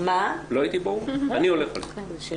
אני הולך על זה.